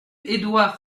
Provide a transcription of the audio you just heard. edouard